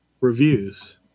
reviews